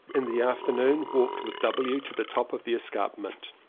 in the afternoon walked with w. to the top of the escarpment.